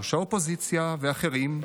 ראש האופוזיציה ואחרים,